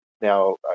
Now